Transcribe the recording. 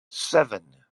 seven